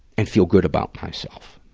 and feel good about myself.